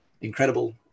incredible